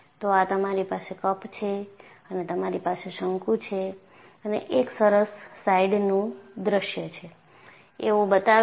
તો આ તમારી પાસે કપ છે અને તમારી પાસે શંકુ છે અને એક સરસ સાઈડનું દ્રશ્ય છે એવું બતાવે છે